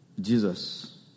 Jesus